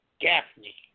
Gaffney